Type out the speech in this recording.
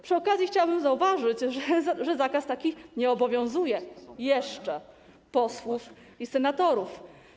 Przy okazji chciałabym zauważyć, że zakaz taki nie obowiązuje jeszcze posłów i senatorów.